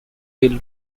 rail